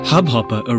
Hubhopper